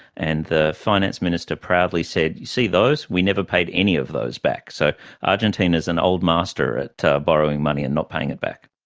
and the finance minister proudly said, you see those? we never paid any of those back. so argentina is an old master at borrowing money and not paying it back.